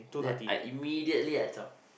then I immediately I chao